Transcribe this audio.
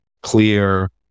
clear